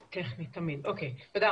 רבה.